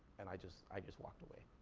and i just, i just walked away.